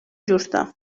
justa